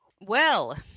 Well